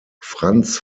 franz